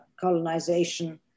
colonization